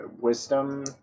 Wisdom